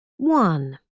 One